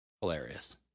hilarious